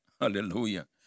hallelujah